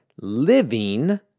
living